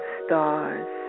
stars